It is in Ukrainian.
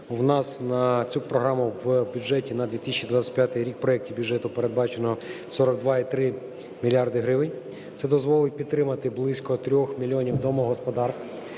У нас на цю програму в бюджеті на 2025 рік, в проекті бюджету передбачено 42,3 мільярда гривень. Це дозволить підтримати близько 3 мільйонів домогосподарств.